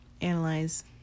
analyze